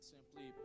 Simply